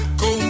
go